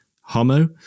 homo